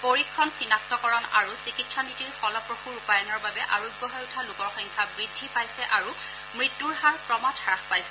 পৰীক্ষণ চিনাক্তকৰণ আৰু চিকিৎসা নীতিৰ ফলপ্ৰসূ ৰূপায়ণৰ বাবে আৰোগ্য হৈ উঠা লোকৰ সংখ্যা বৃদ্ধি পাইছে আৰু মৃত্যুৰ হাৰ ক্ৰমাৎ হ্যাস পাইছে